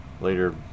Later